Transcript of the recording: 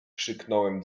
krzyknąłem